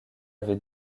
avait